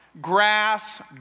Grass